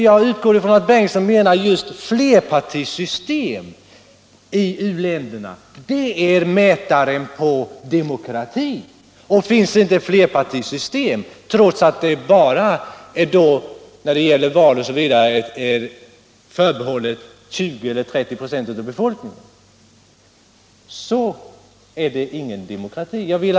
Jag utgår från att herr Bengtson menar att ett flerpartisystem i u-länderna är kriteriet på demokrati. Om det finns ett flerpartisystem, även om val osv. är förbehållna bara 20-30 96 av befolkningen, skulle alltså demokrati råda.